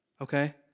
Okay